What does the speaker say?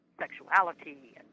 sexuality